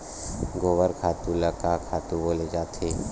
गोबर खातु ल का खातु बोले जाथे?